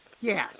Yes